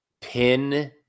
pin